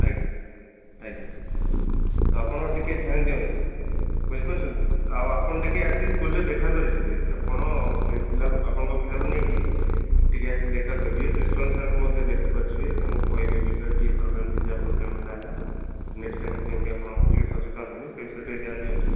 ଆଜ୍ଞା ଆଜ୍ଞା ତ ଆପଣ ଟିକେ ଧ୍ୟାନ ଦିଅନ୍ତୁ ବୁଝିପାରୁଛନ୍ତି ଆଉ ଆପଣ ଟିକେ ଆସି ସ୍କୁଲରେ ଦେଖାକରିଯିବେ ଆପଣ ସେ ପିଲାକୁ ଆପଣଙ୍କ ପିଲାକୁ ନେଇକି ଟିକେ ଆସି ଦେଖାକରିଯିବେ ପ୍ରିନସିପାଲ ସାରଙ୍କୁ ମଧ୍ୟ ଦେଖାକରିଯିବେ ତାଙ୍କୁ କହିବେ ଏ ବିଷୟରେ କି ଏଥରକ ଏମିତି ଯାହା ପ୍ରୋବ୍ଲେମ ହେଲା ହେଲା ନେକ୍ଷ୍ଟେ ଟାଇମକୁ ଯେମିତି ଆପଣ ଟିକେ ସଚେତନ ହେବେ ସେଇ ବିଷୟରେ ଟିକେ ଧ୍ୟାନ ଦିଅନ୍ତୁ